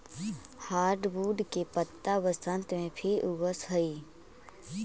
hardwood के पत्त्ता बसन्त में फिर उगऽ हई